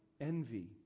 envy